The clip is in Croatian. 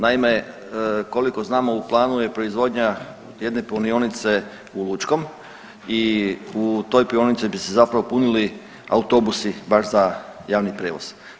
Naime, koliko znamo u planu je proizvodnja jedne punionice u Lučkom i u toj punionici bi se zapravo punili autobusi baš za javni prijevoz.